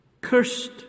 Cursed